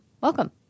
Welcome